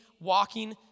walking